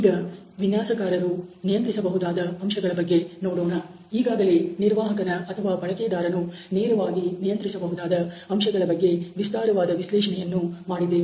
ಈಗ ವಿನ್ಯಾಸಕಾರರು ನಿಯಂತ್ರಿಸಬಹುದಾದ ಅಂಶಗಳ ಬಗ್ಗೆ ನೋಡೋಣ ಈಗಾಗಲೇ ನಿರ್ವಾಹಕನ ಅಥವಾ ಬಳಕೆದಾರನು ನೇರವಾಗಿ ನಿಯಂತ್ರಿಸಬಹುದಾದ ಅಂಶಗಳ ಬಗ್ಗೆ ವಿಸ್ತಾರವಾದ ವಿಶ್ಲೇಷಣೆಯನ್ನು ಮಾಡಿದ್ದೇವೆ